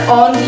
on